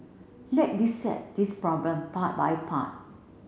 let dissect this problem part by part